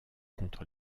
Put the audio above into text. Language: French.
contre